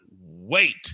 wait